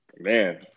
man